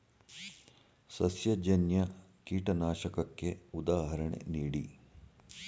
ಸಸ್ಯಜನ್ಯ ಕೀಟನಾಶಕಕ್ಕೆ ಉದಾಹರಣೆ ನೀಡಿ?